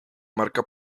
marca